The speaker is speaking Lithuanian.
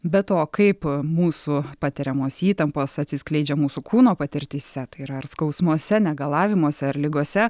be to kaip mūsų patiriamos įtampos atsiskleidžia mūsų kūno patirtyse tai yra ar skausmuose negalavimuose ar ligose